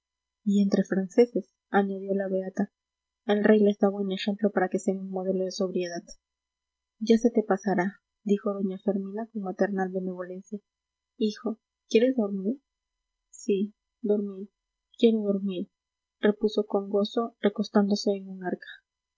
y entre franceses añadió la beata el rey les da buen ejemplo para que sean un modelo de sobriedad ya se te pasará dijo doña fermina con maternal benevolencia hijo quieres dormir sí dormir quiero dormir repuso con gozo recostándose en un arca